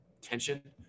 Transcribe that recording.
tension